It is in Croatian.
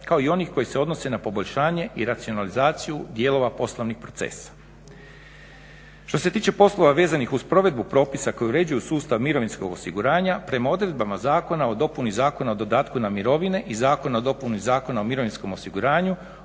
kao i onih koji se odnose na poboljšanje i racionalizaciju dijelova poslovnih procesa. Što se tiče poslova vezanih uz provedbu propisa koji uređuju sustav mirovinskog osiguranja, prema odredbama Zakona o dopuni Zakona o dodatku na mirovine i Zakona o dopuni Zakona o mirovinskom osiguranju,